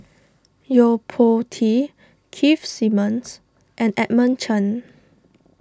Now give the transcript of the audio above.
Yo Po Tee Keith Simmons and Edmund Chen